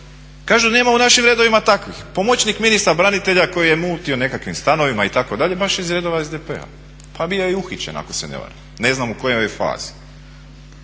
Kažu nema u našim redovima takvih. Pomoćnik ministra branitelja koji je mutio nekakvim stanovima itd. baš je iz redova SDP-a. Pa bio je i uhićen, ako se ne varam, ne znam u kojoj je fazi.